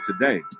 today